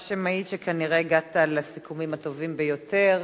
מה שמעיד שכנראה הגעת לסיכומים הטובים ביותר,